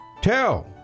tell